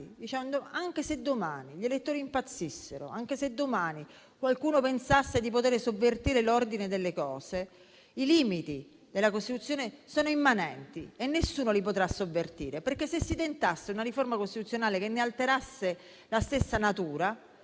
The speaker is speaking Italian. dicendo che anche se domani gli elettori impazzissero, anche se domani qualcuno pensasse di potere sovvertire l'ordine delle cose, i limiti della Costituzione sono immanenti e nessuno li potrà sovvertire, perché se si tentasse una riforma costituzionale che ne alterasse la natura